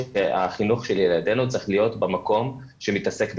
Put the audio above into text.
החינוך של ילדינו צריך להיות במקום שמתעסק בחינוך.